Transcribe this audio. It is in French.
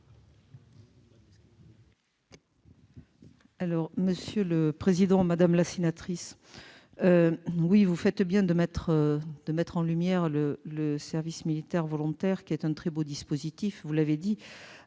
du Gouvernement ? Madame la sénatrice, vous faites bien de mettre en lumière le service militaire volontaire, qui est un très beau dispositif, vous l'avez dit,